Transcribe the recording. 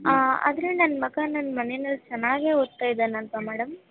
ಹಾಂ ಆದರೆ ನನ್ನ ಮಗ ನನ್ನ ಮನೇನಲ್ಲಿ ಚೆನ್ನಾಗೆ ಓದ್ತಾ ಇದಾನಲ್ಲವ ಮೇಡಮ್